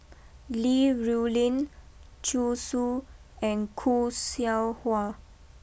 Li Rulin Zhu Xu and Khoo Seow Hwa